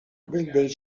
del